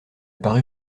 parut